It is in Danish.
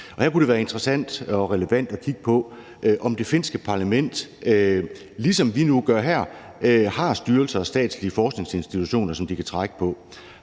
Her kunne det være interessant og relevant at kigge på, om det finske parlament, ligesom vi nu har her, har styrelser og statslige forskningsinstitutioner, som de kan trække på.